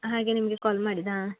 ಹಾಗೆ ನಿಮಗೆ ಕಾಲ್ ಮಾಡಿದ್ದು ಹಾಂ